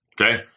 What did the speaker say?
okay